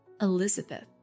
Elizabeth